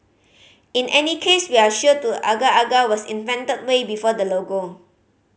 in any case we are sure to agar agar was invented way before the logo